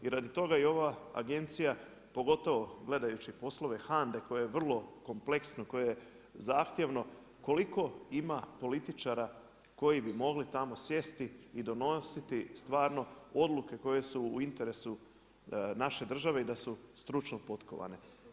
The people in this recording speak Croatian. I radi toga i ova agencija, pogotovo poslove HANDA-e, koja je vrlo kompleksna koja je zahtjevno, koliko ima političara koji bi mogli tamo sjesti i donositi stvarno odluke koje su u interesu naše države i da su stručno potkovane.